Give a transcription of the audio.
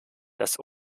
dass